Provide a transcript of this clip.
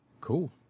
cool